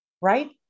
right